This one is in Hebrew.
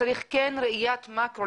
כן צריכה להיות ראיית מקרו.